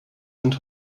sind